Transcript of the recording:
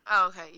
Okay